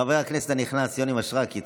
חבר הכנסת הנכנס יוני מישרקי,